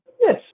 Yes